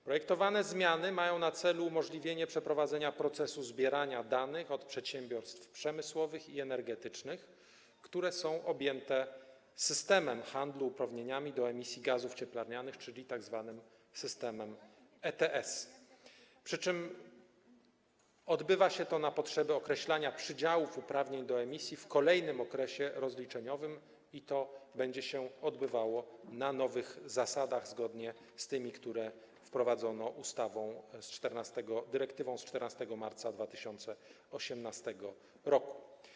Projektowane zmiany mają na celu umożliwienie przeprowadzenia procesu zbierania danych od przedsiębiorstw przemysłowych i energetycznych, które są objęte systemem handlu uprawnieniami do emisji gazów cieplarnianych, czyli tzw. systemem ETS, przy czym odbywa się to na potrzeby określania przydziałów uprawnień do emisji w kolejnym okresie rozliczeniowym i to będzie się odbywało na nowych zasadach zgodnie z tymi, które wprowadzono dyrektywą z 14 marca 2018 r.